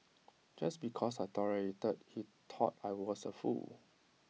just because I tolerated he thought I was A fool